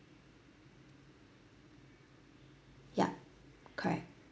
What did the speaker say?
yup correct